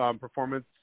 performance